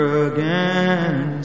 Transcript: again